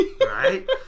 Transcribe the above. Right